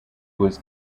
was